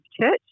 church